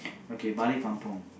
okay Balik Kampung